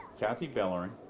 cathy belerine,